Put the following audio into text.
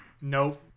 Nope